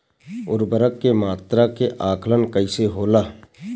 उर्वरक के मात्रा के आंकलन कईसे होला?